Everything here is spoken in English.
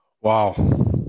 Wow